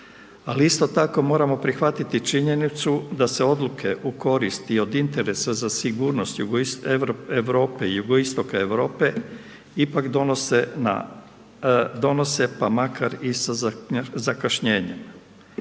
ali isto tako moramo prihvatiti činjenicu da se odluke u korist i od interesa za sigurnost Europe i jugoistoka Europe ipak donose, pa makar i sa zakašnjenjem.